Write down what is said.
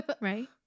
Right